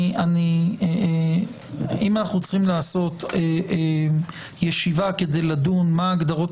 אם אנחנו צריכים לקיים ישיבה מה ההגדרות